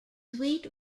sweet